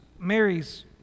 Mary's